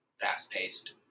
fast-paced